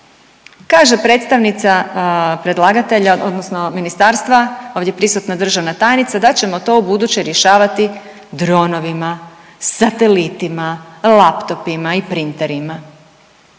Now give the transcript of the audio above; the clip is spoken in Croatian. Kaže predstavnica predlagatelja odnosno ministarstva, ovdje prisutna državna tajnica, da ćemo to ubuduće rješavati dronovima, satelitima, laptopima i printerima.